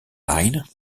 line